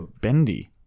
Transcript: bendy